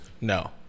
No